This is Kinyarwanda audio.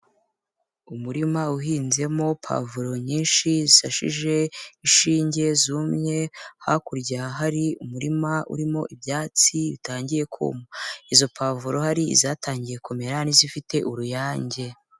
Umurima uhinzemo pavulo nyinshi zisashije inshinge zumye, hakurya hari umurima urimo ibyatsi bitangiye kuma. Izo pavuro hari izatangiye kumera n'izifite uruyange.